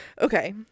Okay